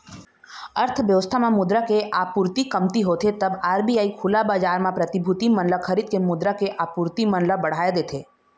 अर्थबेवस्था म मुद्रा के आपूरति कमती होथे तब आर.बी.आई खुला बजार म प्रतिभूति मन ल खरीद के मुद्रा के आपूरति मन ल बढ़ाय देथे